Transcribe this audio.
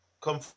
come